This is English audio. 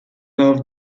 loved